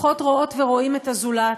פחות רואות ורואים את הזולת.